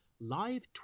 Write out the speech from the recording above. live